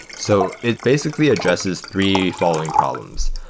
so it basically addresses three following problems.